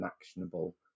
actionable